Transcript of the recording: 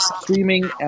streaming